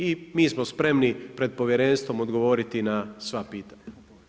I mi smo spremni pred povjerenstvom odgovoriti na sva pitanja.